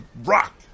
rock